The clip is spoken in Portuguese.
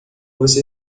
você